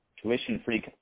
tuition-free